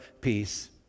Peace